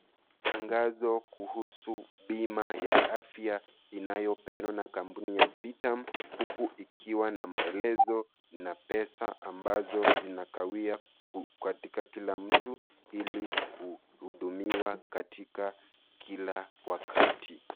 Tangazo kuhusu bima ya afya inayo peanwa na kampuni ya Britam huku ikiwa na maelezo na pesa ambazo zinakawia katika kila mtu hili kuhudumiwa katika kila wakati.